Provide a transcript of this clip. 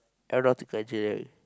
aeronautic engineering